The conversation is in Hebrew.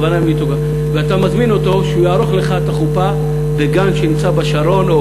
ואתה מזמין אותו שיערוך לך את החופה בגן שנמצא בשרון.